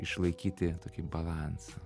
išlaikyti tokį balansą